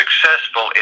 successful